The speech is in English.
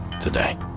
today